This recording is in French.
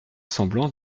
semblant